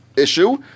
issue